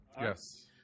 Yes